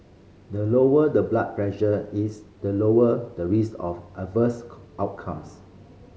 the lower the blood pressure is the lower the risk of adverse outcomes